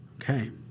Okay